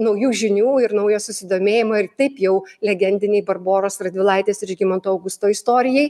naujų žinių ir naujo susidomėjimo ir taip jau legendinei barboros radvilaitės ir žygimanto augusto istorijai